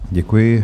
Děkuji.